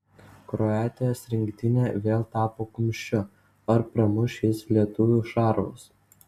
kroatijos rinktinė vėl tapo kumščiu ar pramuš jis lietuvių šarvus